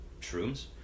shrooms